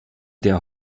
der